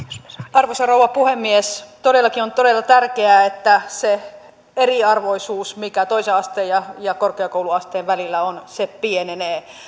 arvoisa rouva puhemies todellakin on tärkeää että se eriarvoisuus mikä toisen asteen ja ja korkeakouluasteen välillä on pienenee